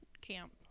camp